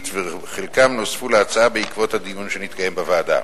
וחלקם נוספו להצעה בעקבות הדיון שנתקיים בוועדה: